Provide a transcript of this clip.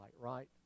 right